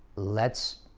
let's